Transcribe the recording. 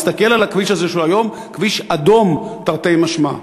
להסתכל על הכביש הזה שהוא היום כביש אדום תרתי משמע.